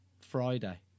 Friday